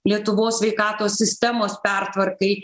lietuvos sveikatos sistemos pertvarkai